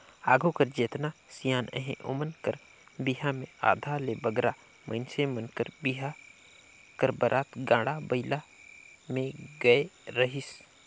आघु कर जेतना सियान अहे ओमन कर बिहा मे आधा ले बगरा मइनसे मन कर बिहा कर बरात गाड़ा बइला मे गए रहिस